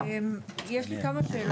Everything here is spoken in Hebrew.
יש לי כמה שאלות.